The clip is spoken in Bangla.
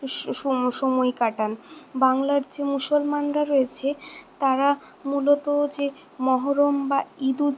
সময় সময় কাটান বাংলার যে মুসলমানরা রয়েছে তারা মূলত যে মহরম বা ইদ্দু